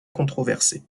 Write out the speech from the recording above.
controversées